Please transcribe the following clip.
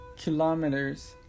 kilometers